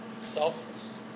Selfless